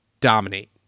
dominate